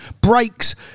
breaks